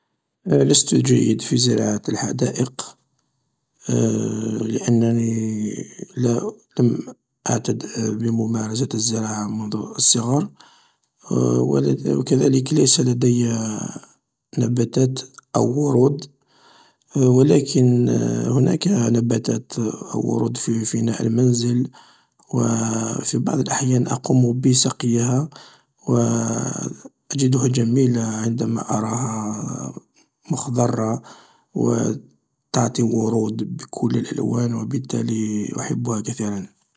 لست جيد في زراعة الحدائق لأنني لا لم أعتد بممارسة الزراعة منذ الصغر و كذلك ليس لدي نباتات و ورود أو لكن هناك نباتات أو ورود في فناء المنزل و في بعض الأحيان أقوم بسقيها و أجدها جميلة عندما أراها مخضرة و تعطي ورود بكل الألوان و بالتالي أحبها كثيرا.